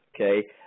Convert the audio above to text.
Okay